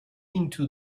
into